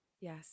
Yes